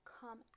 come